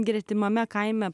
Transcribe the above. gretimame kaime